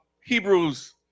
Hebrews